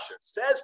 Says